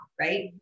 right